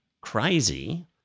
crazy